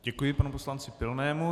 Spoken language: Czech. Děkuji panu poslanci Pilnému.